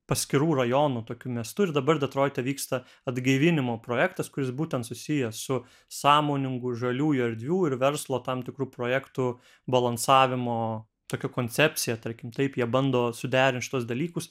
paskirų rajonų tokiu miestu ir dabar detroite vyksta atgaivinimo projektas kuris būtent susijęs su sąmoningu žaliųjų erdvių ir verslo tam tikrų projektų balansavimo tokia koncepcija tarkim taip jie bando suderint šituos dalykus